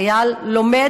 חייל לומד,